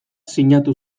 sinatu